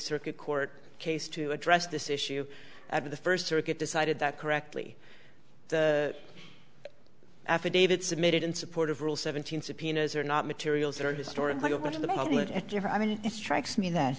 circuit court case to address this issue of the first circuit decided that correctly the affidavit submitted in support of rule seventeen subpoenas are not materials that are historically going to the moment and you're i mean it strikes me that